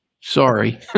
Sorry